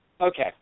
Okay